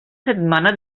setmana